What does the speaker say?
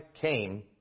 came